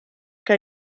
que